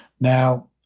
now